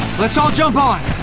let's all jump on.